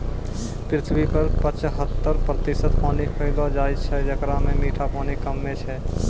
पृथ्वी पर पचहत्तर प्रतिशत पानी पैलो जाय छै, जेकरा म मीठा पानी कम्मे छै